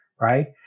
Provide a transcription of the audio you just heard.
right